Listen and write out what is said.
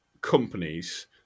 companies